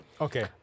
Okay